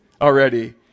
already